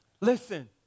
Listen